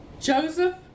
Joseph